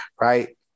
Right